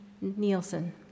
Nielsen